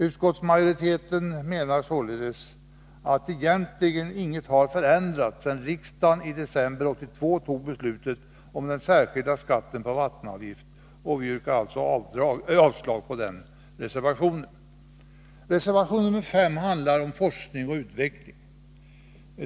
Utskottsmajoriteten menar således att egentligen inget har skiftat sedan riksdagen i december 1982 fattade beslut om den särskilda skatten på vattenkraft. Vi yrkar alltså avslag på den reservationen. Reservation nr 5 handlar om forskning och utveckling.